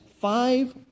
five